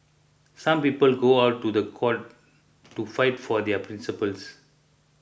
some people go on to the court to fight for their principles